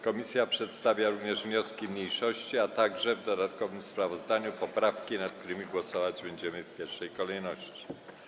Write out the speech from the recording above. Komisja przedstawia również wnioski mniejszości, a także w dodatkowym sprawozdaniu poprawki, nad którymi głosować będziemy w pierwszej kolejności.